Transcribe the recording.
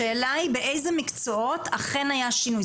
השאלה היא באיזה מקצועות אכן היה שינוי,